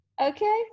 okay